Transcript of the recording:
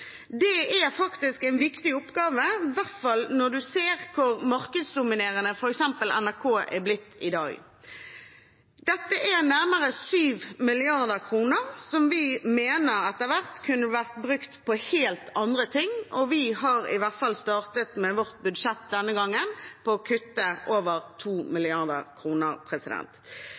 Det er faktisk en viktig oppgave, i hvert fall når man ser hvor markedsdominerende f.eks. NRK er blitt i dag. Dette er nærmere 7 mrd. kr som vi mener etter hvert kunne ha vært brukt på helt andre ting. Vi har i hvert fall startet med vårt budsjett denne gangen, gjennom å kutte over